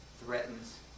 threatens